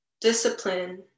discipline